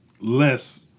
less